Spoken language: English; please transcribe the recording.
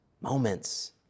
moments